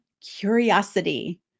curiosity